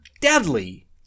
deadly